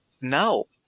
no